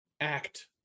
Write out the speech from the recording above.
act